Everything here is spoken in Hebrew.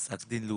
פסק דין לופו.